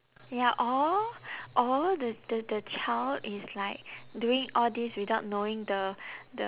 ya or or the the the child is like doing all this without knowing the the